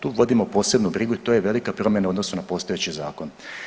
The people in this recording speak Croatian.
Tu vodimo posebnu brigu i to je velika promjena u odnosu na postojeći zakon.